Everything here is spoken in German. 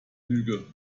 lüge